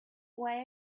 why